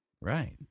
Right